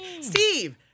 Steve